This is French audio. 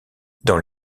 dans